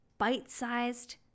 bite-sized